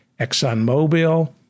ExxonMobil